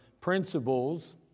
principles